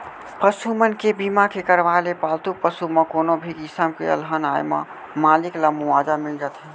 पसु मन के बीमा के करवाय ले पालतू पसु म कोनो भी किसम के अलहन आए म मालिक ल मुवाजा मिल जाथे